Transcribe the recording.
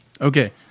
Okay